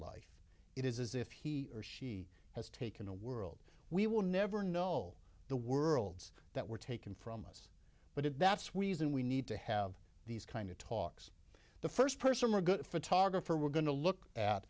it is as if he or she has taken a world we will never know the worlds that were taken from us but it that's wesen we need to have these kind of talks the first person or a good photographer we're going to look at